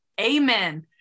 Amen